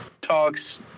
talks